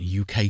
UK